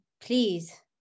Please